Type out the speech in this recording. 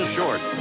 Short